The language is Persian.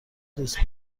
دوست